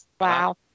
Wow